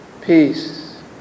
peace